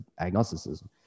agnosticism